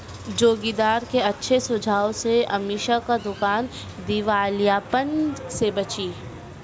जोगिंदर के अच्छे सुझाव से अमीषा की दुकान दिवालियापन से बची